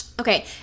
Okay